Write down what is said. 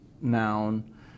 noun